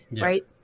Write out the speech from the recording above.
right